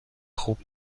خوب